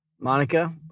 Monica